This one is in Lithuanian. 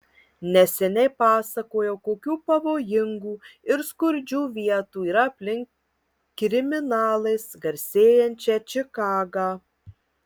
neseniai pasakojau kokių pavojingų ir skurdžių vietų yra aplink kriminalais garsėjančią čikagą